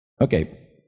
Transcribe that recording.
Okay